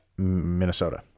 Minnesota